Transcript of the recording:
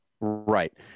Right